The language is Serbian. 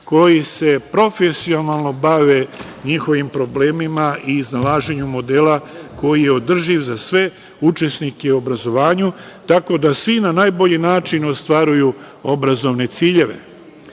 koji se profesionalno bave njihovim problemima i iznalaženju modela koji je održiv za sve učesnike u obrazovanju. Tako da, svi na najbolji način ostvaruju obrazovne ciljeve. Kada